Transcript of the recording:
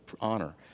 honor